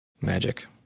magic